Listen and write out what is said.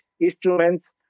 instruments